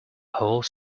whole